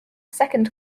second